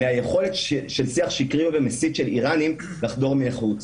מהיכולת של שיח שקרי ומסית של איראנים לחדור מהחוץ.